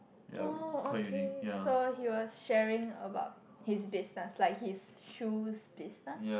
oh okay so he was sharing about his business like his shoes business